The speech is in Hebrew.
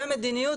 ומדיניות,